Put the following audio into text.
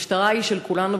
המשטרה היא של כולנו,